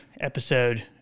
episode